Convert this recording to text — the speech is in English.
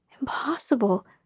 Impossible